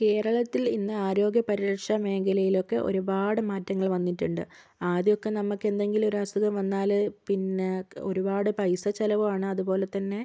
കേരളത്തിൽ ഇന്ന് ആരോഗ്യ പരിരക്ഷ മേഖലയിൽ ഒക്കെ ഒരുപാട് മാറ്റങ്ങൾ വന്നിട്ടുണ്ട് ആദ്യമൊക്കെ നമുക്ക് എന്തെങ്കിലും ഒരു അസുഖം വന്നാല് പിന്നെ ഒരുപാട് പൈസ ചിലവുമാണ് അതുപോലെ തന്നെ